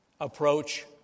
approach